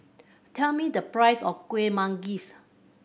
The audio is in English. tell me the price of Kueh Manggis